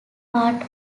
part